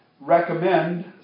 recommend